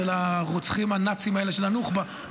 של הרוצחים הנאצים האלה של הנוח'בה,